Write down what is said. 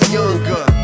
younger